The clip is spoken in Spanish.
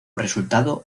resultado